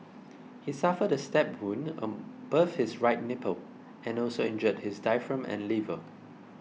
he suffered a stab wound above his right nipple and also injured his diaphragm and liver